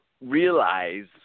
realize